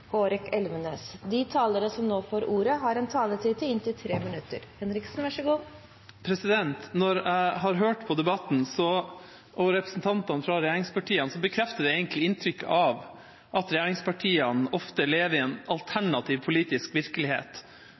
De talere som heretter får ordet, har en taletid på inntil 3 minutter. Når jeg har hørt på debatten og representantene fra regjeringspartiene, bekrefter det egentlig inntrykket av at regjeringspartiene ofte lever i en alternativ politisk virkelighet